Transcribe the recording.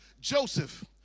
Joseph